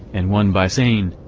and one by saying,